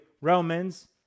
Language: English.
Romans